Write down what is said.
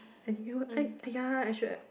!aiya! I should have